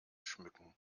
schmücken